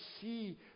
see